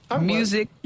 Music